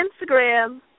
Instagram